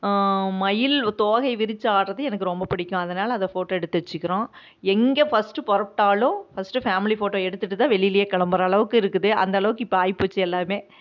மயில் தோகையை விரிச்சு ஆட்றது எனக்கு ரொம்ப பிடிக்கும் அதனால் அதை ஃபோட்டோ எடுத்து வச்சுக்கிறோம் எங்க ஃபர்ஸ்ட்டு புறப்புட்டாலும் ஃபர்ஸ்ட்டு ஃபேம்லி ஃபோட்டோ எடுத்துவிட்டு தான் வெளியிலையே கிளம்புற அளவுக்கு இருக்குது அந்தளவுக்கு இப்போ ஆய் போச்சு எல்லாமே